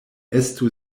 estu